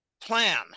plan